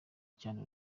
cyane